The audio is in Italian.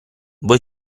voi